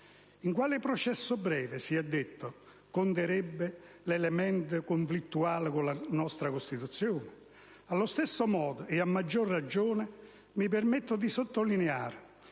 che il processo breve conterrebbe elementi conflittuali con la nostra Costituzione; allo stesso modo e a maggior ragione - mi permetto di sottolineare